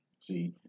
See